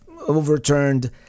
overturned